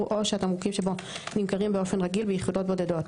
או שהתמרוקים שבו נמכרים באופן רגיל ביחידות בודדות,